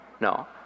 No